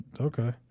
Okay